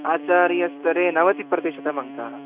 आचार्यस्थरे नवतिप्रतिशतमङ्काः